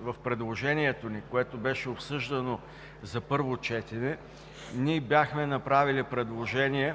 в Проекта, който беше обсъждан за първо четене, бяхме направили предложение